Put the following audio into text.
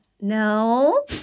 no